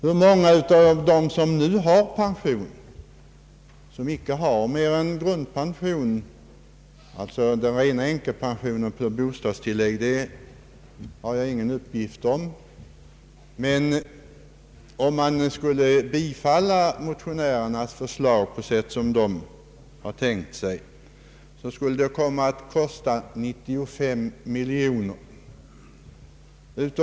Hur många av dem som nu har pension som icke har mer än grundpension, alltså den rena änkepensionen och bostadstillägg, har jag ingen uppgift om. Om man skulle bifalla motionärernas förslag på det sätt som de tänkt sig skulle det komma att kosta 95 miljoner kronor.